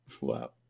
Wow